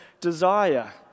desire